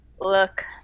Look